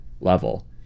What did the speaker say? level